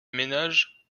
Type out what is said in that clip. ménages